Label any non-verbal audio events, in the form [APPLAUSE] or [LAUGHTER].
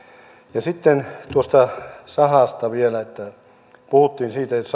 ja sitten tuosta sahasta vielä puhuttiin siitä että [UNINTELLIGIBLE]